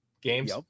games